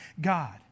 God